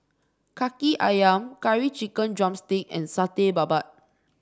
kaki ayam Curry Chicken drumstick and Satay Babat